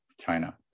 China